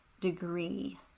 degree